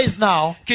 now